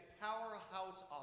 powerhouse